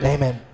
Amen